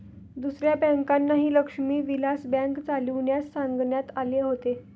दुसऱ्या बँकांनाही लक्ष्मी विलास बँक चालविण्यास सांगण्यात आले होते